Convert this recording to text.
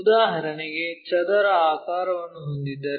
ಉದಾಹರಣೆಗೆ ಚದರ ಆಕಾರವನ್ನು ಹೊಂದಿದ್ದರೆ